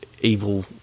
evil